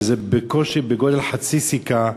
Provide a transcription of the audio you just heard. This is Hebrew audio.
שהם בגודל חצי סיכה בקושי,